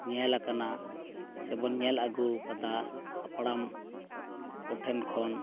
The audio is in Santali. ᱧᱮᱞ ᱟᱠᱟᱱᱟ ᱥᱮᱵᱚᱱ ᱧᱮᱞ ᱟᱹᱜᱩ ᱟᱠᱟᱫᱟ ᱦᱟᱯᱲᱟᱢ ᱠᱚᱴᱷᱮᱱ ᱠᱷᱚᱱ